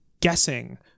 guessing